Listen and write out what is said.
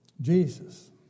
Jesus